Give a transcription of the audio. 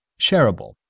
Shareable